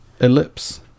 ellipse